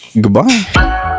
goodbye